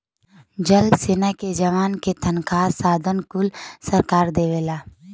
जल सेना के जवान क तनखा साधन कुल सरकारे देवला